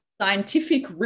scientific